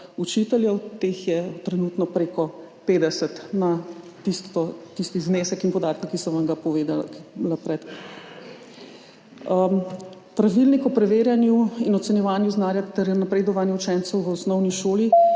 učiteljev, teh je trenutno preko 50, na tisti znesek in podatke, ki sem vam jih povedala prej. Pravilnik o preverjanju in ocenjevanju znanja ter napredovanju učencev v osnovni šoli